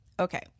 Okay